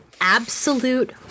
absolute